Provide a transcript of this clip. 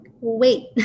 wait